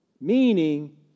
Meaning